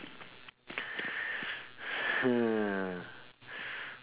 hmm